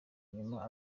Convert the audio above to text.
nyuma